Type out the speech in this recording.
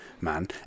man